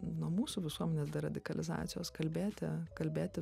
nuo mūsų visuomenės dar radikalizacijos kalbėti kalbėti